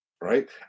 right